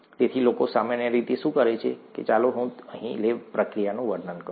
તેથી લોકો સામાન્ય રીતે શું કરે છે ચાલો હું અહીં લેબ પ્રક્રિયાનું વર્ણન કરું